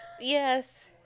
Yes